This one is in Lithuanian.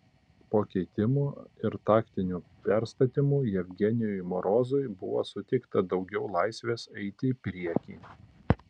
po keitimų ir taktinių perstatymų jevgenijui morozui buvo suteikta daugiau laisvės eiti į priekį